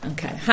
Okay